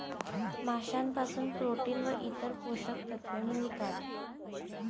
माशांपासून प्रोटीन व इतर पोषक तत्वे मिळतात